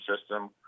system